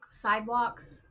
sidewalks